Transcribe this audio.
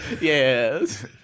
Yes